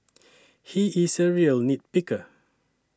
he is a real nit picker